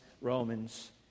Romans